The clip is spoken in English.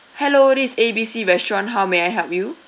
hello this is A B C restaurant how may I help you